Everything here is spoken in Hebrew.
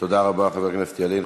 תודה רבה, חבר הכנסת ילין.